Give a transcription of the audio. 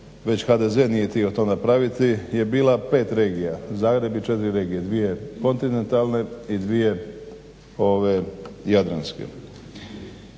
već HDZ nije htio to napraviti, je bila pet regija, Zagreb i četiri regije, dvije kontinentalne i dvije jadranske.